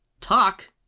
talk